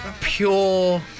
Pure